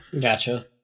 Gotcha